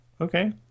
Okay